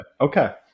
Okay